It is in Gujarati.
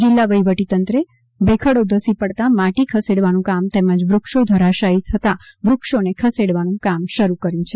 જિલ્લા વહીવટીતંત્રે ભેખડો ધસી પડતા માટી ખસેડવાનું કામ તેમજ વૃક્ષો ધરાશાયી થતાં વૃક્ષોને ખસેડવાનું કામ શરૂ કર્યું છે